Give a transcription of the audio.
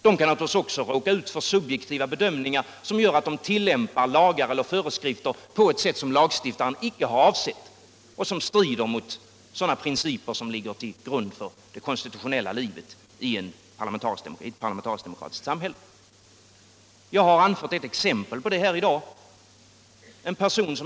De kan naturligtvis också råka ut för subjektiva bedömningar, som gör att de tillämpar lagar och föreskrifter på ett sätt som lagstiftaren icke har avsett och som strider mot sådana principer som ligger till grund för det konstitutionella livet i ett parlamentariskt demokratiskt samhälle. Jag har anfört ett exempel på detta här i dag.